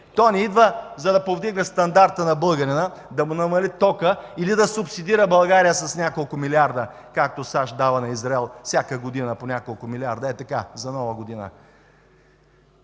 Той не идва, за да повдигне стандарта на българина, да му намали тока или да субсидира България с няколко милиарда, както САЩ дават на Израел всяка година ей така, за Нова година.